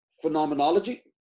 phenomenology